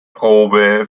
probe